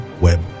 Web